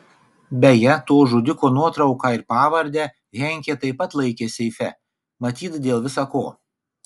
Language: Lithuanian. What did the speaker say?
beje to žudiko nuotrauką ir pavardę henkė taip pat laikė seife matyt dėl visa ko